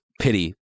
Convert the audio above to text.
pity